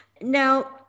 now